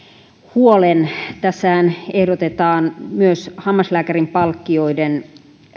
huolen tässähän ehdotetaan myös hammaslääkärin palkkioiden